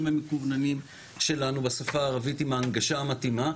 המקוונים שלנו בשפה הערבית עם ההנגשה המתאימה.